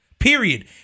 Period